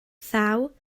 thaw